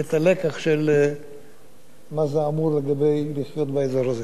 ואת הלקח של מה זה אמור לגבי לחיות באזור הזה.